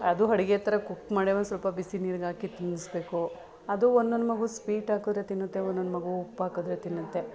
ಅದು ಅಡುಗೆ ಥರ ಕುಕ್ ಮಾಡೇ ಒಂದು ಸ್ವಲ್ಪ ಬಿಸಿ ನೀರಿಗಾಕಿ ತಿನ್ನಿಸ್ಬೇಕು ಅದು ಒಂದೊಂದು ಮಗು ಸ್ವೀಟ್ ಹಾಕಿದ್ರೆ ತಿನ್ನುತ್ತೆ ಒಂದೊಂದು ಮಗು ಉಪ್ಪು ಹಾಕಿದ್ರೆ ತಿನ್ನುತ್ತೆ